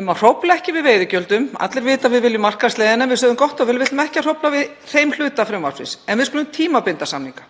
um að hrófla ekki við veiðigjöldunum. Allir vita að við viljum markaðsleiðina en við sögðum: Gott og vel, við ætlum ekki að hrófla við þeim hluta frumvarpsins. En við skulum tímabinda samninga,